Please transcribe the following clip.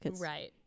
right